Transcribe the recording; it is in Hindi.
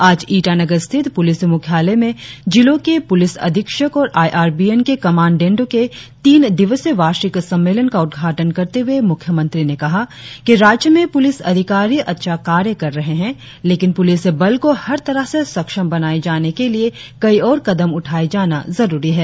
आज ईटानगर स्थित पुलिस मुख्यालय में जिलों के पुलिस अधीक्षक और आई आर बी एन के कमांडेंट के तीन दिवसिय वार्षिक सम्मेलन का उद्घाटन करते हुए मुख्यमंत्री ने कहा कि राज्य में पुलिस अधिकारी अच्छा कार्य कर रहें है लेकिन पुलिस बल को हर तरह से सक्षम बनाएं जाने के लिए कई और कदम उठाएं जाना जरुरी है